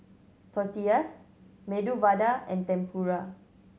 Tortillas Medu Vada and Tempura